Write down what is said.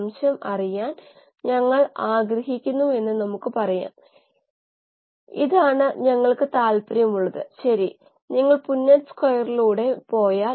അതിനാൽ നിങ്ങൾ ചെറുതായ റിയാക്ടറുകളിൽ വിവിധ കാര്യങ്ങൾ സ്ക്രീൻ ചെയ്യുന്നു